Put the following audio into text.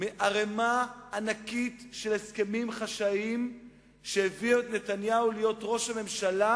מערימה ענקית של הסכמים חשאיים שהביאו את נתניהו להיות ראש הממשלה,